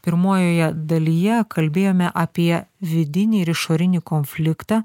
pirmojoje dalyje kalbėjome apie vidinį ir išorinį konfliktą